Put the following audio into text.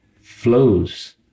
flows